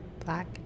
Black